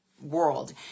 world